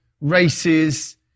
races